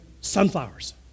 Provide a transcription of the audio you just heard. sunflowers